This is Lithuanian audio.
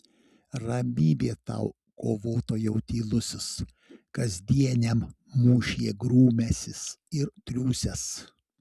ramybė tau kovotojau tylusis kasdieniam mūšyje grūmęsis ir triūsęs